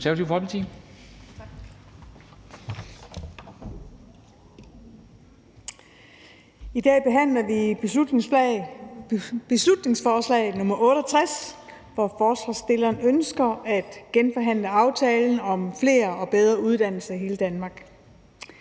Vi behandler i dag beslutningsforslag nr. B 68, hvor forslagsstillerne ønsker at genforhandle aftalen om flere og bedre uddannelser i hele Danmark.